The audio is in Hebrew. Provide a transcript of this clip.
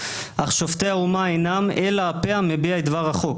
אך שופטי האומה אינם אלא הפה המביע את דבר החוק.